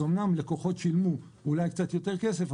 אז אומנם לקוחות שילמו אולי קצת יותר כסף,